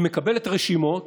היא מקבלת רשימות